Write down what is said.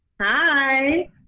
Hi